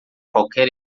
qualquer